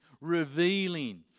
revealing